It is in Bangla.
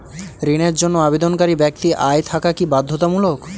ঋণের জন্য আবেদনকারী ব্যক্তি আয় থাকা কি বাধ্যতামূলক?